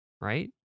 right